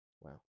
wow